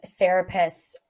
therapists